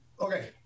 Okay